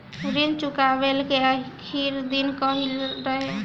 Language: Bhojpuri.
ऋण चुकव्ला के आखिरी दिन कहिया रही?